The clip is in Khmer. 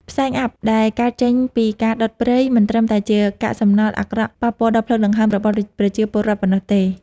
ផ្សែងអ័ព្ទដែលកើតចេញពីការដុតព្រៃ មិនត្រឹមតែជាកាកសំណល់អាក្រក់ប៉ះពាល់ដល់ផ្លូវដង្ហើមរបស់ប្រជាពលរដ្ឋប៉ុណ្ណោះទេ។